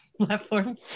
platform